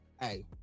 hey